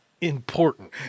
important